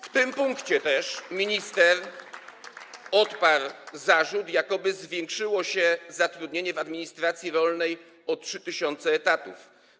W tym punkcie też minister odparł zarzut, jakoby zwiększyło się zatrudnienie w administracji rolnej o 3 tys. etatów.